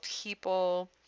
people